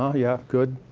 ah yeah, good,